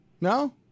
No